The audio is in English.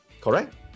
Correct